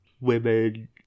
women